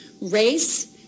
race